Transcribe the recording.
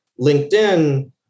LinkedIn